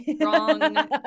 Wrong